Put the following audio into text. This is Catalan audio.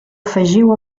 afegiu